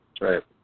right